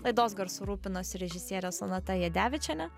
laidos garsu rūpinosi režisierė sonata jadevičienė